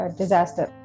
disaster